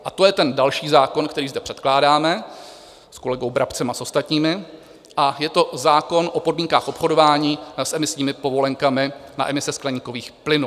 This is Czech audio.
A to je ten další zákon, který zde předkládáme s kolegou Brabcem a s ostatními, a je to zákon o podmínkách obchodování s emisními povolenkami na emise skleníkových plynů.